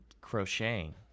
crocheting